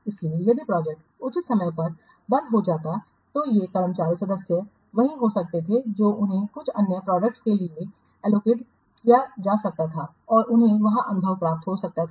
इसलिए यदि प्रोजेक्ट उचित समय पर बंद हो जाती तो ये कर्मचारी सदस्य वही हो सकते थे जो उन्हें कुछ अन्य प्रोजेक्टस के लिए एलोकेट किया जा सकता था और उन्हें वहाँ अनुभव प्राप्त हो सकता था